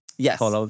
Yes